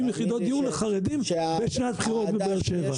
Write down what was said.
יחידות דיור לחרדים' בשנת בחירות בבאר שבע.